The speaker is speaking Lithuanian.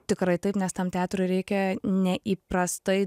tikrai taip nes tam teatrui reikia neįprastai